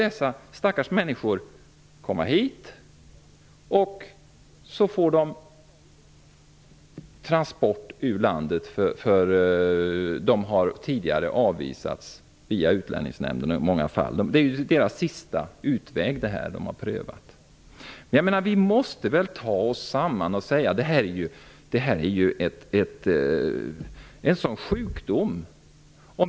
Dessa stackars människor har kommit hit, och när de har avvisats via Utlänningsnämnden får de transport ur landet. De prövar den sista utvägen. Vi måste ta oss samman och säga att det här är som en sjukdom.